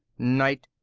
night,